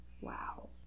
Wow